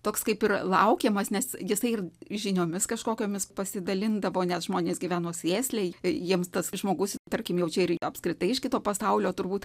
toks kaip ir laukiamas nes jisai ir žiniomis kažkokiomis pasidalindavo nes žmonės gyveno sėsliai jiems tas žmogus tarkim jau čia ir apskritai iš kito pasaulio turbūt